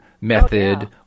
method